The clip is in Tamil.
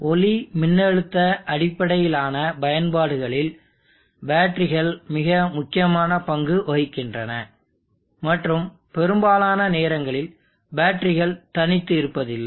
ஒளிமின்னழுத்த அடிப்படையிலான பயன்பாடுகளில் பேட்டரிகள் மிக முக்கியமான பங்கு வகிக்கின்றன மற்றும் பெரும்பாலான நேரங்களில் பேட்டரிகள் தனித்து இருப்பதில்லை